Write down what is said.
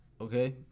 Okay